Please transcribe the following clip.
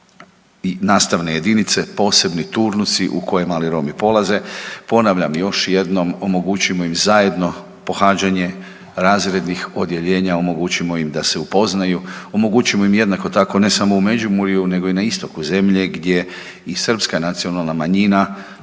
nastavne jedinice, posebni turnusi u kojem mali Romi polaze. Ponavljam, još jednom, omogućimo im zajedno pohađanje razrednih odjeljenja, omogućimo im da se upoznaju, omogućimo im, jednako tako, ne samo u Međimurju, nego i na istoku zemlje gdje i srpska nacionalna manjina